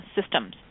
systems